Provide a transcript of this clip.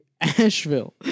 Asheville